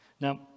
Now